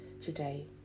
today